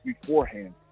beforehand